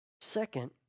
Second